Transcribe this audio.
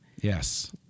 Yes